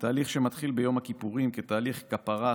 בתהליך שמתחיל ביום הכיפורים כתהליך כפרה,